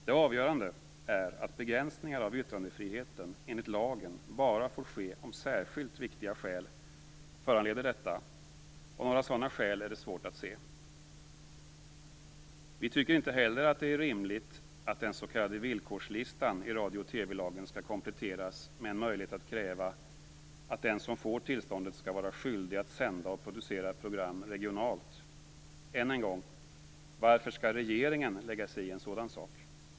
Det avgörande är att begränsningar av yttrandefriheten enligt lagen bara får ske om särskilt viktiga skäl föranleder detta, och några sådana skäl är det svårt att se. Vi tycker inte heller att det är rimligt att den s.k. villkorslistan i radio och TV-lagen skall kompletteras med en möjlighet att kräva att den som får tillståndet skall vara skyldig att sända och producera program regionalt. Än en gång: Varför skall regeringen lägga sig i en sådan sak?